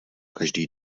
každý